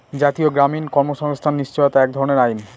জাতীয় গ্রামীণ কর্মসংস্থান নিশ্চয়তা এক ধরনের আইন